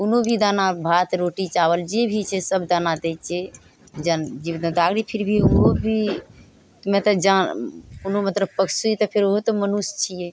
कोनो भी दाना भात रोटी चावल जे भी छै सब दाना दै छिए जन जिम्मेदारी फिर भी ओहो भी नहि तऽ जान कोनो मतलब पन्छी तऽ फेर ओहो तऽ मनुष्य छिए